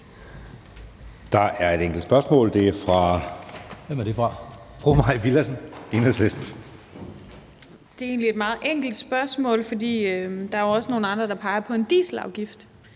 Der er et enkelt spørgsmål, og det er fra fru Mai Villadsen, Enhedslisten. Kl. 14:10 Mai Villadsen (EL): Det er egentlig et meget enkelt spørgsmål, for der er jo også nogle andre, der peger på en dieselafgift.